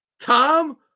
Tom